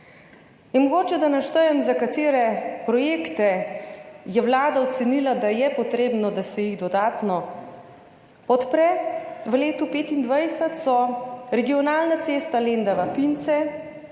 Mogoče naštejem, za katere projekte je Vlada ocenila, da je treba, da se jih dodatno podpre v letu 2025. To so regionalna cesta Lendava–Pince,